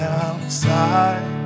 outside